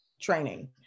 training